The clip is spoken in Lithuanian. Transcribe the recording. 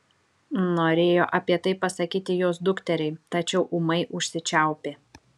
norėjo apie tai pasakyti jos dukteriai tačiau ūmai užsičiaupė